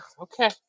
okay